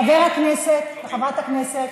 חבר הכנסת וחברת הכנסת,